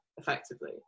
effectively